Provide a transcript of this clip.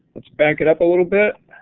let's back it up a little bit.